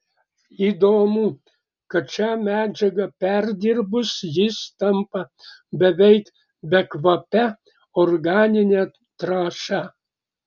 įdomu tai kad šią medžiagą perdirbus jis tampa beveik bekvape organine trąša